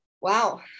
wow